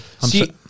See